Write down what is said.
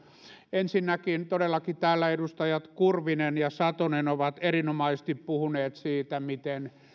ensinnäkin todellakin täällä edustajat kurvinen ja satonen ovat erinomaisesti puhuneet siitä miten